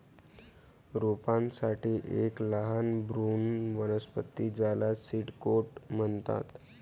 रोपांसाठी एक लहान भ्रूण वनस्पती ज्याला सीड कोट म्हणतात